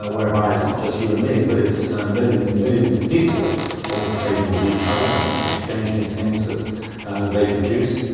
ah whereby it's not just you and me, but it's millions and millions of people all trading with each other and exchanging things that they produce,